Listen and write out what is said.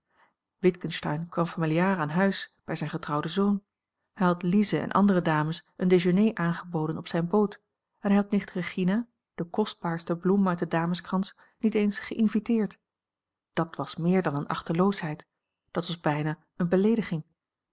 witgensteyn kwam familiaar aan huis bij zijn getrouwden zoon hij had lize en andere dames een dejeuner aangeboden op zijne boot en hij had nicht regina de kostbaarste bloem uit den dameskrans niet eens geïnviteerd dat was meer dan eene achteloosheid dat was bijna eene beleediging